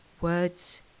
words